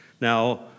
Now